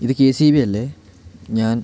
ഇത് K S E B അല്ലേ ഞാൻ